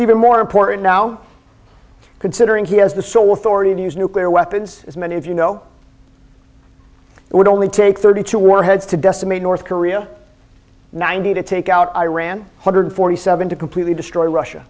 even more important now considering he has the sole authority to use nuclear weapons as many of you know it would only take thirty two warheads to decimate north korea ninety to take out iran hundred forty seven to completely destroy russia